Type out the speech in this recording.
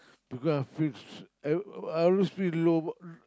because I feel s~ I I always feel low low